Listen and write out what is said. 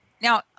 Now